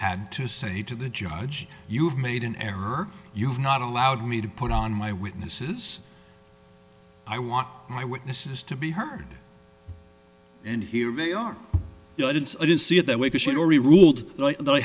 had to say to the judge you have made an error you've not allowed me to put on my witnesses i want my witnesses to be heard and here they are you know i didn't i didn't see it that way you should already ruled that i